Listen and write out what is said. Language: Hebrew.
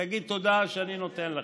תגיד תודה שאני נותן לך.